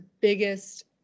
biggest